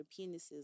penises